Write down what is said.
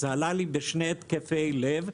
זה עלה בשני התקפי לב,